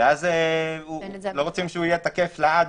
ואז לא רוצים שיהיה תקף לעד,